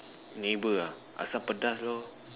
neighbour ah asam pedas lor